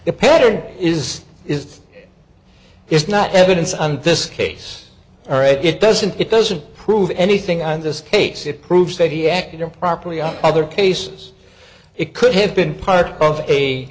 a pattern is is is not evidence on this case or it it doesn't it doesn't prove anything on this case it proves that he acted improperly on other cases it could have been part of a